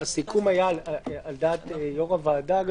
הסיכום היה על דעת יו"ר הוועדה,